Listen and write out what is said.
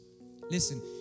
Listen